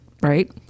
right